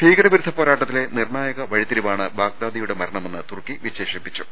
ഭീകരവിരുദ്ധ പോരാട്ടത്തിലെ നിർണായക വഴിത്തിരിവാണ് ബാഗ്ദാദിയുടെ മരണമെന്ന് തുർക്കി വിശേഷിപ്പിച്ചു